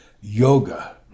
yoga